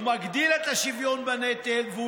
תביא לי את העמוד, תביא לי.